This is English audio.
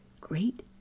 great